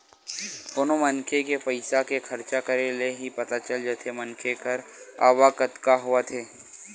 कोनो मनखे के पइसा के खरचा करे ले ही पता चल जाथे मनखे कर आवक कतका हवय ते